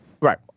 Right